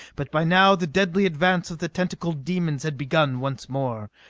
but by now the deadly advance of the tentacled demons had begun once more.